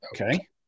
okay